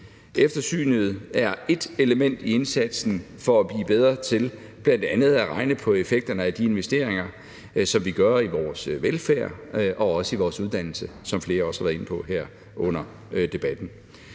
Eftersynet er ét element i indsatsen for at blive bedre til bl.a. at regne på effekterne af de investeringer, som vi gør i vores velfærd og også i vores uddannelser, som flere også har været inde på her under debatten.